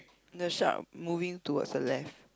the shark moving towards the left